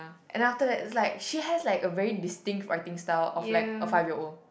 ya and then after that is like she has like a very distinct writing style of like of five year old